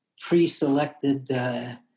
pre-selected